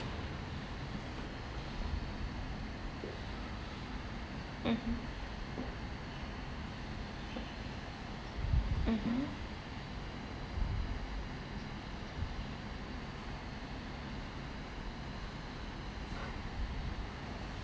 mmhmm